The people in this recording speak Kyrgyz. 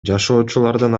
жашоочулардын